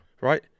right